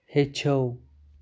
ہیٚچھِو